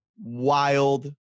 wild